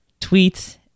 tweets